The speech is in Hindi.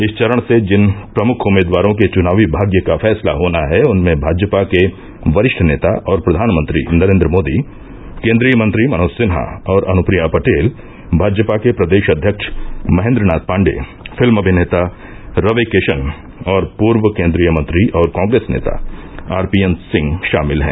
इस चरण से जिन प्रमुख उम्मीदवारों के चुनावी भाग्य का फैसला होना है उनमें भाजपा के वरिष्ठ नेता और प्रधानमंत्री नरेन्द्र मोदी केन्द्रीय मंत्री मनोज सिन्हा और अनुप्रिया पटेल भाजपा के प्रदेष अध्यक्ष महेन्द्र नाथ पाण्डेय फिल्म अभिनेता रवि किषन और पूर्व केन्द्रीय मंत्री और कॉग्रेस नेता आरपीएन सिंह षामिल हैं